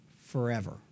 forever